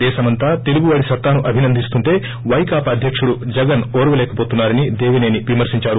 దేశమంతా తెలుగువాడి సత్తాను అభినందిస్తుంటే వైకాపా అధ్యకుడు జగన్ ఓర్వలేక పోతున్నారని దేవిసేని విమర్పిందారు